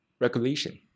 regulation